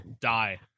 die